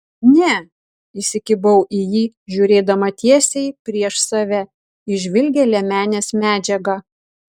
ne įsikibau į jį žiūrėdama tiesiai prieš save į žvilgią liemenės medžiagą